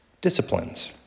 disciplines